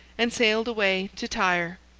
and sailed away to tyre,